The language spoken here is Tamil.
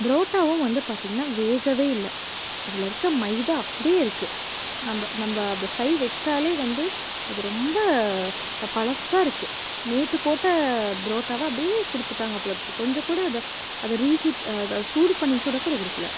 பரோட்டாவும் வந்து பார்த்திங்கனா வேகவே இல்லை அதில் இருக்க மைதா அப்படியே இருக்குது நம்ப நம்ப கை வச்சாலே வந்து அது ரொம்ப பழசா இருக்குது நேற்று போட்ட பரோட்டாவை அப்படியே கொடுத்துட்டாங்க போலேருக்கு கொஞ்சம்கூட அதை அதை ரீஹீட் அதாவது சூடு பண்ணிக்கூட கூட குடுக்கலை